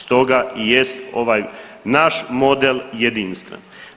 Stoga i jest ovaj naš model jedinstven.